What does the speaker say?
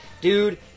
Dude